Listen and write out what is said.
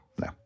No